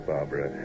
Barbara